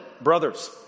brothers